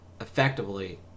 effectively